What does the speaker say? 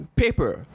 paper